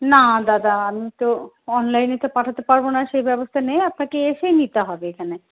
না দাদা আমি তো অনলাইনে তো পাঠাতে পারবো না সেই ব্যবস্থা নেই আপনাকে এসেই নিতে হবে এখানে